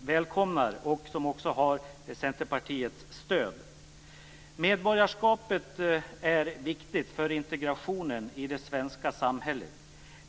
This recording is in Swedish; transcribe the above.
välkomnar och som också har Centerpartiets stöd. Medborgarskapet är viktigt för integrationen i det svenska samhället.